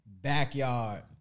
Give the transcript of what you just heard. backyard